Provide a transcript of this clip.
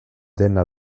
dena